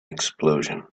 explosion